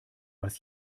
was